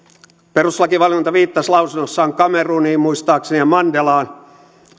perustuslakivaliokunta viittasi lausunnossaan kameruniin muistaakseni ja mandelaan